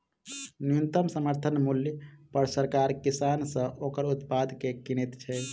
न्यूनतम समर्थन मूल्य पर सरकार किसान सॅ ओकर उत्पाद के किनैत छै